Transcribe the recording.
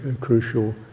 crucial